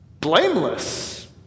blameless